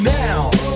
now